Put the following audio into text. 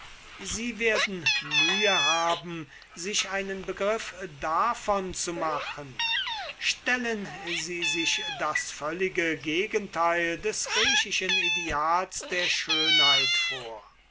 sie werden mühe haben sich einen begriff davon zu machen stellen sie sich das völlige gegenteil des griechischen ideals der schönheit vor